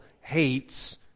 hates